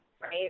right